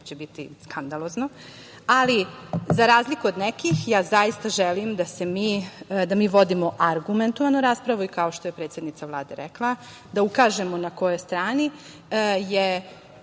će biti skandalozno. Ali, za razliku od nekih da mi vodimo argumentovanu raspravu, i kao što je predsednica Vlade rekla, da ukažemo na kojoj strani je